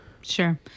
Sure